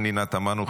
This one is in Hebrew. פנינה תמנו,